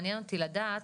מעניין אותי לדעת,